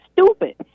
stupid